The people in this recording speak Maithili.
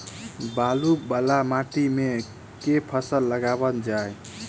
बालू वला माटि मे केँ फसल लगाएल जाए?